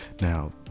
Now